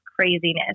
craziness